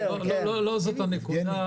אותם עובדים מתחת לגיל 45 שנמצאים בחל"ת,